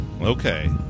Okay